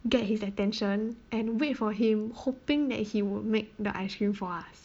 get his attention and wait for him hoping that he would make the ice cream for us